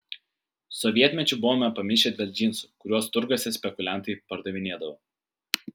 sovietmečiu buvome pamišę dėl džinsų kuriuos turguose spekuliantai pardavinėdavo